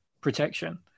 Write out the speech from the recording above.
protection